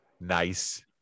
Nice